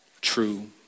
true